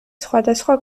სხვადასხვა